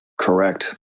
Correct